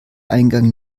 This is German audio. eingang